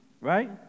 right